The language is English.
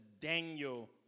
Daniel